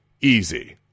easy